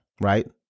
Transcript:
right